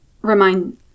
remind